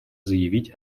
заявить